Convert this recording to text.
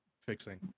fixing